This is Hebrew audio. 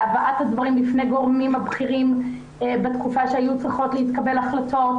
להבאת הדברים בפני הגורמים הבכירים בתקופה שהיו צריכות להתקבל החלטות